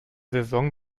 saison